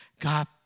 God